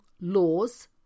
laws